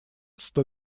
сто